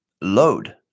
load